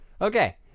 Okay